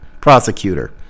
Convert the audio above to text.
prosecutor